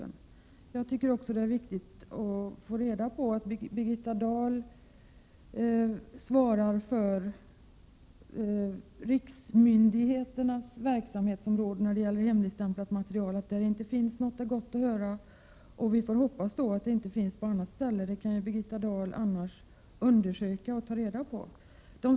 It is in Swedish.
När det gällde hemligstämplat material svarade Birgitta Dahl för riksmyndigheternas del att det inte fanns något sådant. Det är gott att höra. Vi får då hoppas att det inte heller finns på något annat ställe. Det kan ju Birgitta Dahl annars undersöka. Det är också viktigt att få reda på.